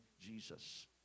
Jesus